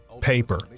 paper